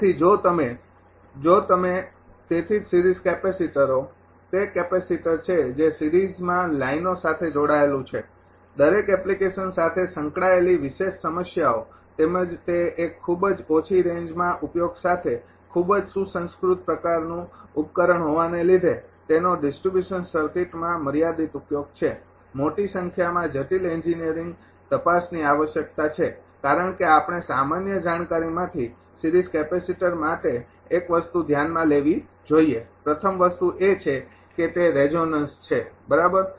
તેથી જો તમે જો તમે તેથી જ સિરીઝ કેપેસિટરો તે કેપેસિટર છે જે સિરીઝમાં લાઇનો સાથે જોડાયેલું છે દરેક એપ્લિકેશન સાથે સંકળાયેલી વિશેષ સમસ્યાઓ તેમજ તે એક ખૂબ જ ઓછી રેન્જમાં ઉપયોગ સાથે ખૂબ જ સુસંસ્કૃત પ્રકારનું ઉપકરણ હોવાને લીધે તેનો ડિસ્ટ્રિબ્યુશન સર્કિટમાં મર્યાદિત ઉપયોગ છે મોટી સંખ્યામાં જટિલ એન્જિનિયરિંગ તપાસની આવશ્યકતા છે કારણ કે આપણે સામાન્ય જાણકારીમાંથી સિરીઝ કેપેસિટર માટે એક વસ્તુ ધ્યાનમાં લેવી જોઈએ પ્રથમ વસ્તુ એ છે કે તે રેઝોનન્સ છે બરાબર